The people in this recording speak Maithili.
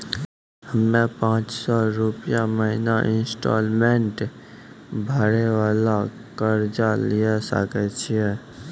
हम्मय पांच सौ रुपिया महीना इंस्टॉलमेंट भरे वाला कर्जा लिये सकय छियै?